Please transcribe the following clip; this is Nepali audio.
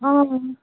अँ